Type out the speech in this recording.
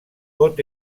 vot